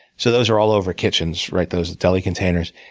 so those are all over kitchens, right, those deli containers.